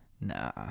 nah